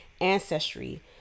ancestry